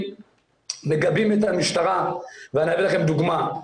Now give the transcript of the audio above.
מגבים את המשטרה ואני אתן לכם דוגמה.